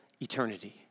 eternity